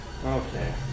Okay